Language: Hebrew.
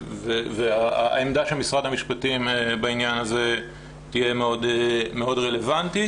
והעמדה של משרד המשפטים בעניין הזה תהיה מאוד רלוונטית.